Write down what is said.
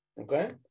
Okay